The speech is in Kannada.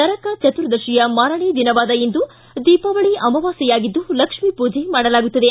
ನರಕ ಚತುರ್ದಶಿಯ ಮಾರನೆಯ ದಿನವಾದ ಇಂದು ದೀಪಾವಳಿ ಅಮಾವಾಸ್ಕೆಯಾಗಿದ್ದು ಲಕ್ಷ್ಮಿಪೂಜೆ ಮಾಡಲಾಗುತ್ತದೆ